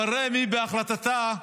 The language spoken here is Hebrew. אבל רמ"י בהחלטתה,